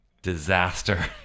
Disaster